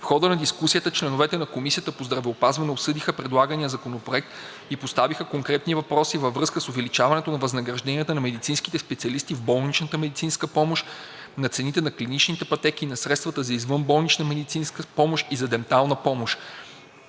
В хода на дискусията членовете на Комисията по здравеопазването обсъдиха предлагания законопроект и поставиха конкретни въпроси във връзка с увеличаването на възнагражденията на медицинските специалисти в болничната медицинска помощ, на цените на клиничните пътеки и на средствата за извънболнична медицинска помощ и за дентална помощ.